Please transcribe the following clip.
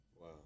Wow